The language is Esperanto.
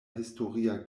historia